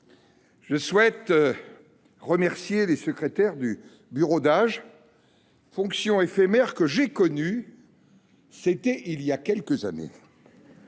Je souhaite également remercier les secrétaires du bureau d’âge, fonction éphémère que j’ai exercée – c’était il y a quelques années